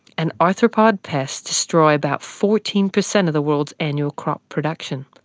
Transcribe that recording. and arthropod pests destroy about fourteen per cent of the world's annual crop production.